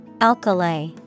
Alkali